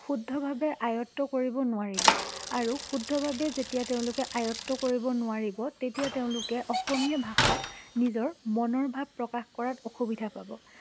শুদ্ধভাৱে আয়ত্ব কৰিব নোৱাৰিব আৰু শুদ্ধভাৱে যেতিয়া তেওঁলোকে আয়ত্ব কৰিব নোৱাৰিব তেতিয়া তেওঁলোকে অসমীয়া ভাষাত নিজৰ মনৰ ভাব প্ৰকাশ কৰাত অসুবিধা পাব